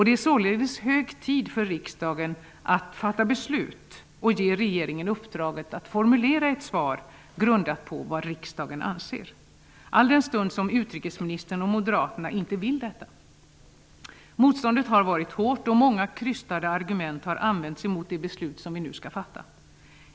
Det är således hög tid för riksdagen att fatta beslut och ge regeringen uppdraget att formulera ett svar grundat på vad riksdagen anser, alldenstund utrikesministern och moderaterna inte vill detta. Motståndet har varit hårt och många krystade argument har använts mot det beslut vi nu skall fatta.